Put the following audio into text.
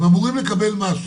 הם אמורים לקבל משהו.